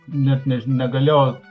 net než negalėjo